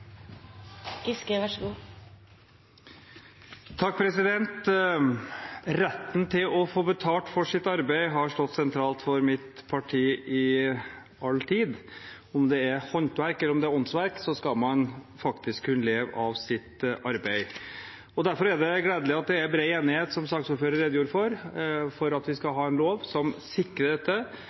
Retten til å få betalt for sitt arbeid har stått sentralt for mitt parti i all tid. Om det er håndverk eller det er åndsverk, skal man faktisk kunne leve av sitt arbeid. Derfor er det gledelig at det er bred enighet – som saksordføreren redegjorde for – om at vi skal ha en lov som sikrer dette,